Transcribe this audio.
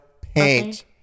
paint